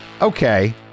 okay